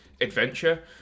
adventure